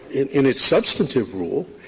in its substantive rule,